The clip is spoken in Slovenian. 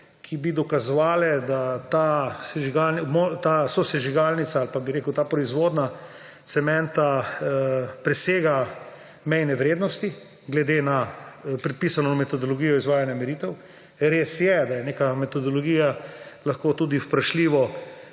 ki bo dokazovale, da ta sosežigalnica ali pa bi rekel ta proizvodnja cementa presega mejne vrednosti glede na predpisano metodologijo izvajanja meritev. Res je, da je neka metodologija lahko tudi vprašljivo